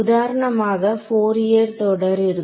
உதாரணமாக ஃபோரியர் தொடர் இருக்கும்